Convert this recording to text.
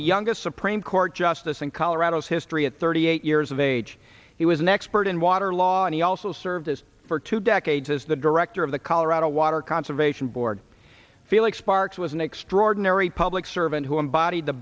the youngest supreme court justice in colorado's history at thirty eight years of age he was an expert in water law and he also served as for two decades as the director of the colorado water conservation board felix parks was an extraordinary public servant who embodied the